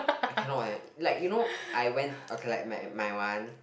I cannot eh like you know I when okay like my my one